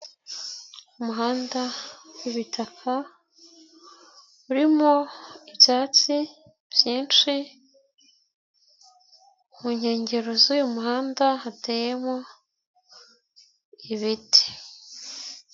Umuhanda w'ibitaka urimo ibyatsi byinshi, mu nkengero z'uyu muhanda hateyemo ibiti.